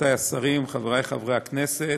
רבותי השרים, חברי חברי הכנסת,